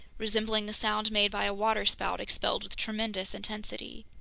resembling the sound made by a waterspout expelled with tremendous intensity.